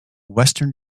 western